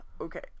Okay